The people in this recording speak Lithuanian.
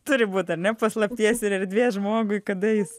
turi būti ar ne paslapties ir erdvės žmogui kada jis